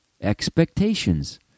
Expectations